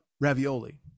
ravioli